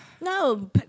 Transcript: No